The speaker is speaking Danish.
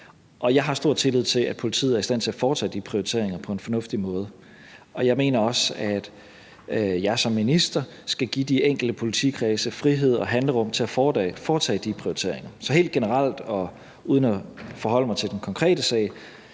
Jeg har stor tillid til, at politiet er i stand til at foretage de prioriteringer på en fornuftig måde, og jeg mener også, at jeg som minister skal give de enkelte politikredse frihed og handlerum til at foretage de prioriteringer. Så helt generelt og uden at forholde mig til den konkrete sag